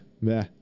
meh